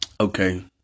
okay